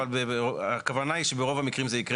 אבל הכוונה היא שברוב המקרים זה יקרה